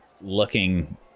looking